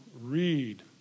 read